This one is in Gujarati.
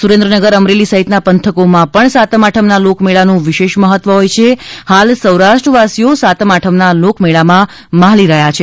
સુરેન્દ્રનગર અમરેલી સહિતના પંથકોમાં પણ સાતમ આઠમના લોકમેળાનું વિશેષ્ મહત્વ હોય છે હાલ સૌરાષ્ટ્ર વાસીઓ સાતમ આઠમના લોકમેળામાં મ્હાલી રહ્યા છે